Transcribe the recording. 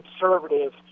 conservative